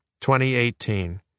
2018